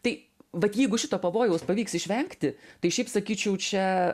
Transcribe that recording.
tai vat jeigu šito pavojaus pavyks išvengti tai šiaip sakyčiau čia